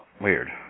Weird